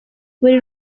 buri